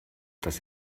dass